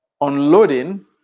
unloading